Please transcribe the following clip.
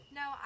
no